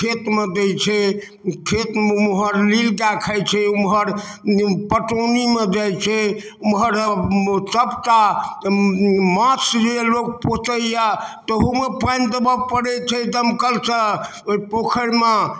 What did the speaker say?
खेतमे दइ छै खेतमे ओम्हर लील गाए खाइ छै ओम्हर पटौनी मे जाइ छै ओम्हर सबटा माछ से जे लोक पोसैये तहूमे पाइन देबऽ पड़ै छै दमकल से ओइ पोखैरमऽ